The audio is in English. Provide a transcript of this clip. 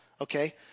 okay